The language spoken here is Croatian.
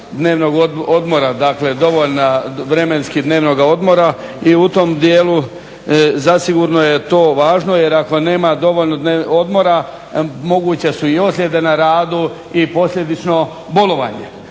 dnevnog odmora dakle dovoljno vremenski dnevnog odmora i u tom dijelu zasigurno je to važno jer ako nema dovoljno odmora moguće su i ozljede na radu i posljedično bolovanje.